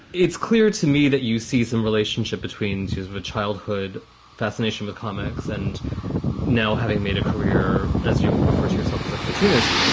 it's clear to me that you see some relationship between jews of a childhood fascination with comics and now having made a career, as you refer to yourself, as a cartoonist.